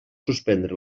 suspendre